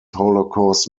holocaust